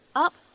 up